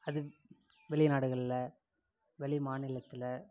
அது வெளிநாடுகளில் வெளி மாநிலத்தில்